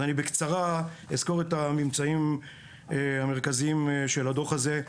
אז אני בקצרה אסקור את הממצאים המרכזיים של הדוח הזה.